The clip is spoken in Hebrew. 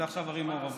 זה עכשיו ערים מעורבות.